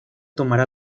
tomará